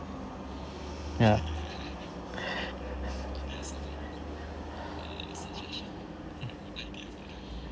yeah